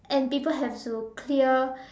and people have to clear